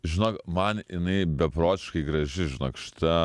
žinok man jinai beprotiškai graži žinok šita